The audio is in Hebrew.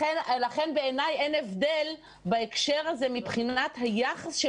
לכן בעיני אין הבדל בהקשר הזה מבחינת היחס של